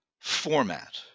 format